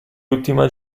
ultima